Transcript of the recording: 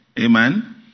Amen